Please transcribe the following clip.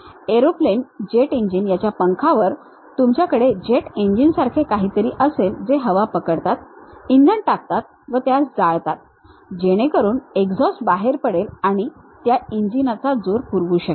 aeroplane jet engine यांच्या पंखांवर तुमच्याकडे जेट इंजिनसारखे काहीतरी असेल जे हवा पकडतात इंधन टाकतात व त्यास जाळतात जेणेकरून एक्झॉस्ट बाहेर पडेल आणि त्या इंजिनचा जोर पुरवू शकेल